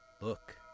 Look